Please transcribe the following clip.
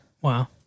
Wow